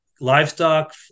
livestock